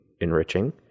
enriching